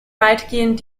weitgehend